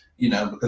you know, ah